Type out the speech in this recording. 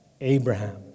Abraham